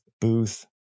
booth